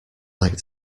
like